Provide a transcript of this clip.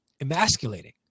emasculating